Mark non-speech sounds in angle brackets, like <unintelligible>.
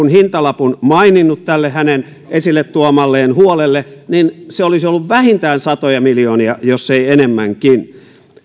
<unintelligible> hintalapun maininnut tälle esiin tuomalleen huolelle niin se olisi ollut vähintään satoja miljoonia jos ei enemmänkin